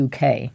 uk